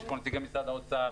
נמצאים פה נציגי משרד האוצר,